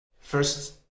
first